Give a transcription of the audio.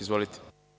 Izvolite.